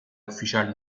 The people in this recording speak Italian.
ufficiali